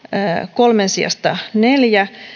kolmen sijasta neljä